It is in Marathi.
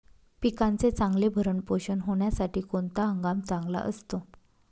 पिकाचे चांगले भरण पोषण होण्यासाठी कोणता हंगाम चांगला असतो?